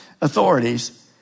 authorities